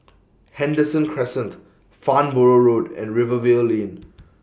Henderson Crescent Farnborough Road and Rivervale Lane